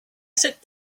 sit